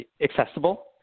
accessible